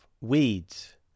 weeds